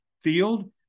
field